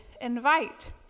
invite